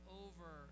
over